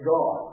God